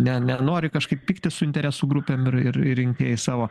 ne nenori kažkaip pyktis su interesų grupėm ir ir ir rinkėjai savo